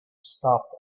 stopped